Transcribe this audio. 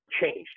changed